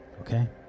Okay